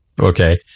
Okay